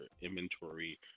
inventory